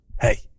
Hey